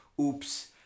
Oops